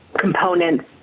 components